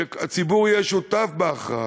שהציבור יהיה שותף בהכרעה.